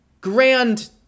grand